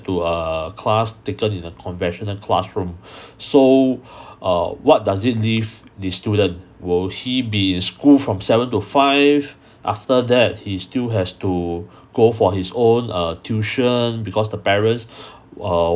to a class taken in a conventional classroom so uh what does it leave the student will he be in school from seven to five after that he still has to go for his own uh tuition because the parents err